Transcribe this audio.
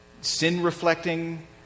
sin-reflecting